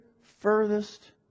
furthest